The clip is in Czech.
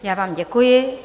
Já vám děkuji.